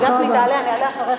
גפני, תעלה, אני אעלה אחריך.